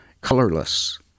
colorless